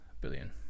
billion